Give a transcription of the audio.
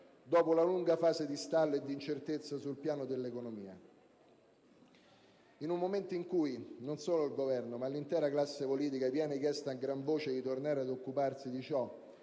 dopo una lunga fase di stallo e di incertezza sul piano dell'economia. In un momento in cui, non solo al Governo, ma all'intera classe politica viene chiesto a gran voce di tornare ad occuparsi di ciò